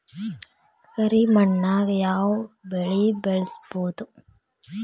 ಕರಿ ಮಣ್ಣಾಗ್ ಯಾವ್ ಬೆಳಿ ಬೆಳ್ಸಬೋದು?